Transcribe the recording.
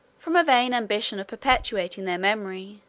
from a vain ambition of perpetuating their memory,